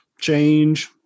change